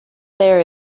there